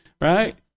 right